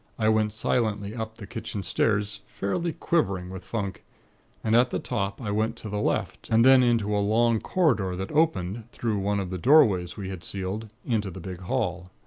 i went silently up the kitchen stairs, fairly quivering with funk and at the top, i went to the left, and then into a long corridor that opened, through one of the doorways we had sealed, into the big hall.